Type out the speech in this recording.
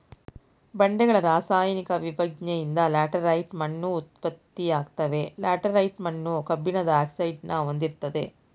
ಬಂಡೆಗಳ ರಾಸಾಯನಿಕ ವಿಭಜ್ನೆಯಿಂದ ಲ್ಯಾಟರೈಟ್ ಮಣ್ಣು ಉತ್ಪತ್ತಿಯಾಗ್ತವೆ ಲ್ಯಾಟರೈಟ್ ಮಣ್ಣು ಕಬ್ಬಿಣದ ಆಕ್ಸೈಡ್ನ ಹೊಂದಿರ್ತದೆ